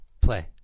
Play